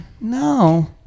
no